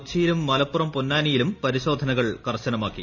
കൊച്ചിയിലും മലപ്പു്രും പൊന്നാനിയിലും പരിശോധനകൾക്ർശനമാക്കി